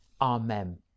Amen